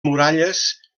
muralles